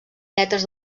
lletres